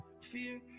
Fear